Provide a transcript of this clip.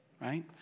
Right